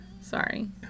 Sorry